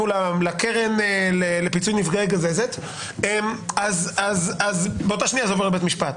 לקרן לפיצוי נפגעי גזזת" אז באותה שנייה זה עובר לבית המשפט.